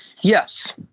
Yes